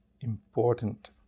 important